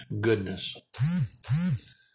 goodness